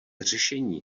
řešení